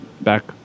Back